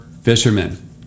fishermen